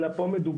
אלא פה מדובר,